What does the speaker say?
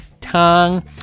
tongue